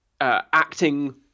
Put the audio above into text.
acting